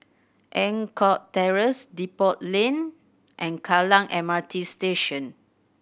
Eng Kong Terrace Depot Lane and Kallang M R T Station